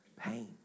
pain